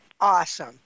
awesome